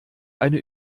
eine